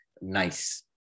nice